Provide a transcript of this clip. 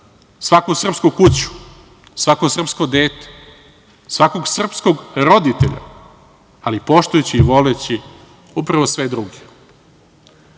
svaku srpsku kuću, svako srpsko dete, svakog srpskog roditelja, ali poštujući i voleći upravo sve druge. Neka